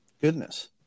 Goodness